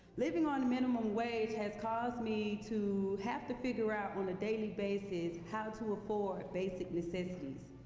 living on minimum wage has cause me to have to figure out on a daily basis how to afford basic necessities.